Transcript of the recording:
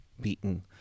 beaten